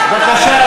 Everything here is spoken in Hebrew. בבקשה,